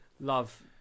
Love